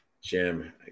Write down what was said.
Jim